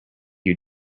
you